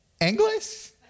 English